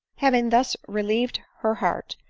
having thus relieved her heart,